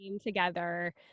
together